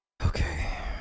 okay